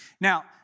Now